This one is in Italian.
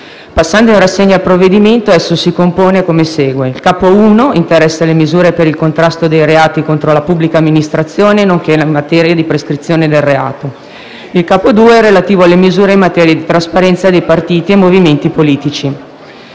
Passando in rassegna il provvedimento, esso si compone come segue. Il capo I interessa le misure per il contrasto dei reati contro la pubblica amministrazione, nonché in materia di prescrizione del reato, mentre il capo II è relativo alle misure in materia di trasparenza dei partiti e movimenti politici.